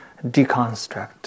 deconstruct